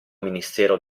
ministero